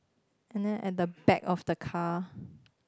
and then at the back of the car